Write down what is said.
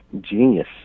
genius